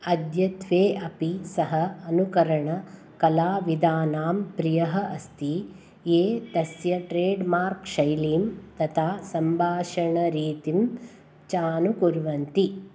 अद्यत्वे अपि सः अनुकरणकलाविदानां प्रियः अस्ति ये तस्य ट्रेड् मार्क् शैलीं तथा सम्भाषणरीतिं चानुकुर्वन्ति